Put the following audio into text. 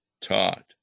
taught